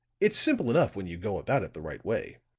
it's simple enough when you go about it the right way.